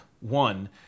one